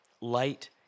light